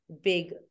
big